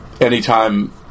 anytime